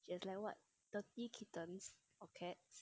he has like what thirty kittens or cats